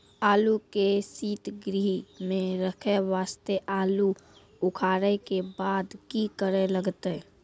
आलू के सीतगृह मे रखे वास्ते आलू उखारे के बाद की करे लगतै?